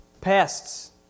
pests